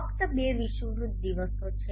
ફક્ત બે વિષુવવૃત્ત દિવસો છે